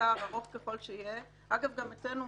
מאסר ארוך ככל שיהיה אגב, גם אצלנו